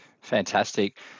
Fantastic